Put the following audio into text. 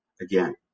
again